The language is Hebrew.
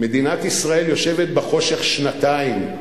מדינת ישראל יושבת בחושך שנתיים.